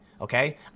Okay